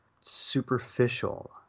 superficial